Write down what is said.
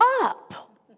up